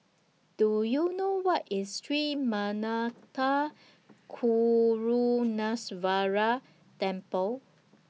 Do YOU know Where IS Sri Manmatha Karuneshvarar Temple